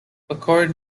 according